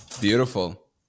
beautiful